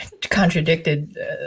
contradicted